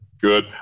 Good